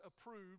approved